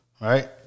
right